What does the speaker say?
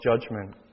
judgment